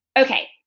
okay